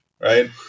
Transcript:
Right